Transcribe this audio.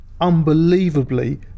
unbelievably